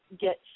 get